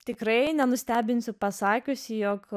tikrai nenustebinsiu pasakiusi jog